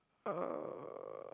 uh